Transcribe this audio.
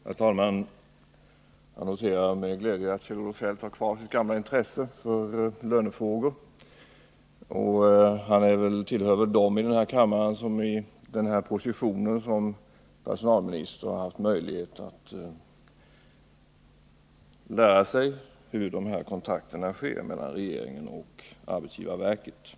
Herr talman! Jag noterar med glädje att Kjell-Olof Feldt har kvar sitt gamla intresse för lönefrågor. Han tillhör dem i denna kammare som i positionen som personalminister har haft möjlighet att lära sig hur kontakterna mellan regeringen och arbetsgivarverket sker.